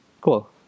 cool